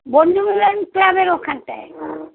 বন্ধু মিলন ক্লাবের ওখানটায়